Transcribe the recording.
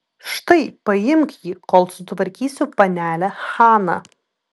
štai paimk jį kol sutvarkysiu panelę haną